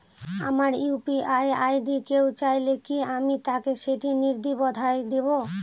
আমার UPI ID কেউ চাইলে কি আমি তাকে সেটি নির্দ্বিধায় দেব?